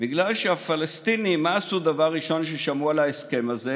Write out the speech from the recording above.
מה עשו הפלסטינים דבר ראשון כששמעו על ההסכם הזה?